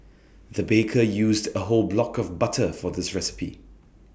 the baker used A whole block of butter for this recipe